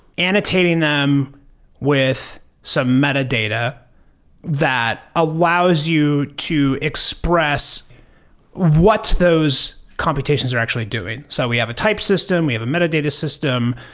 annotating them with some metadata that allows you to express what those computations are actually doing. so we have a type system, we have a metadata system.